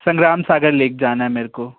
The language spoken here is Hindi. संग्राम सागर लेक जाना है मेरे को